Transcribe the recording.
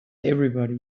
everybody